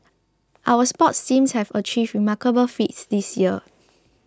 our sports seems have achieved remarkable feats this year